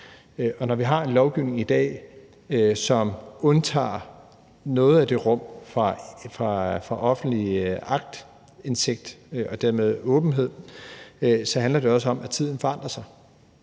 når vi har en lovgivning i dag, som undtager noget af det rum fra offentlig aktindsigt og dermed åbenhed, handler det også om, at tiden forandrer sig.